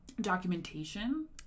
documentation